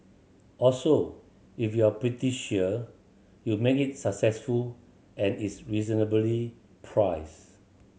also if you're pretty sure you make it successful and it's reasonably priced